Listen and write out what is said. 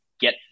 get